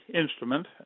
instrument